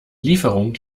lieferung